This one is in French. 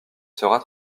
seras